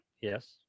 yes